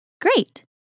great